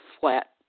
flat